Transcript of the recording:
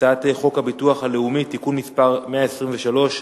הצעת חוק הביטוח הלאומי (תיקון מס' 123)